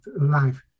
life